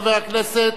חבר הכנסת,